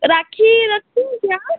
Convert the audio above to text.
राखी रखते हो क्या